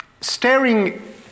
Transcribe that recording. Staring